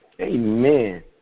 Amen